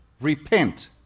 repent